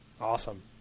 awesome